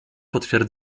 potwier